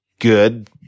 good